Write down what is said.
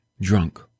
drunk